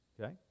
Okay